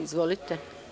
Izvolite.